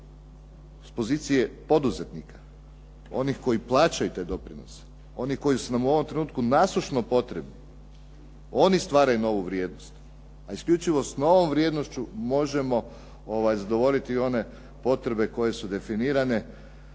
s pozicije poduzetnika, onih koji plaćaju te doprinose, onih koji su nam u ovom trenutku nasušno potrebni, oni stvaraju novu vrijednost. A isključivo sa novom vrijednošću možemo zadovoljiti i one potrebe koje su definirane,